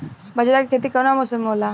बाजरा के खेती कवना मौसम मे होला?